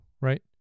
right